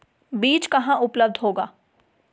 बीज कहाँ उपलब्ध होगा?